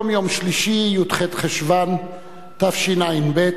היום יום שלישי, י"ח בחשוון תשע"ב,